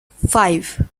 five